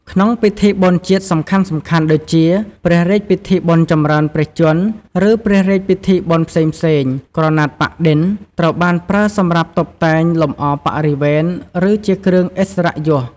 ក្នុងពិធីបុណ្យជាតិសំខាន់ៗដូចជា ព្រះរាជពិធីបុណ្យចម្រើនព្រះជន្ម ឬព្រះរាជពិធីបុណ្យផ្សេងៗ ក្រណាត់ប៉ាក់-ឌិន ត្រូវបានប្រើសម្រាប់តុបតែងលម្អបរិវេណ ឬជាគ្រឿងឥស្សរិយយស។